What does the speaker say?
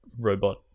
robot